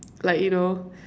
like you know